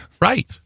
Right